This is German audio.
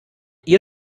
ihr